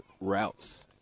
Routes